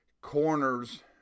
corners